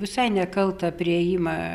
visai nekalta priėjimą